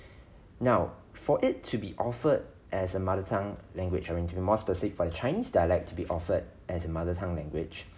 now for it to be offered as a mother tongue language or into more specific for the chinese dialect to be offered as a mother tongue language